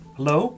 Hello